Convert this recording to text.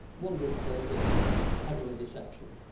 one group calls it heavenly deception.